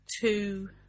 two